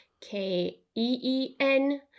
K-E-E-N